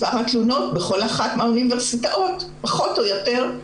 מספר התלונות בכל אחת מהאוניברסיטאות הוא 40-30 פחות או יותר.